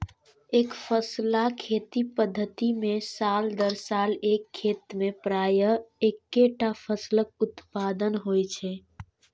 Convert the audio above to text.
एकफसला खेती पद्धति मे साल दर साल एक खेत मे प्रायः एक्केटा फसलक उत्पादन होइ छै